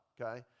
okay